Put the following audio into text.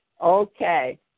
Okay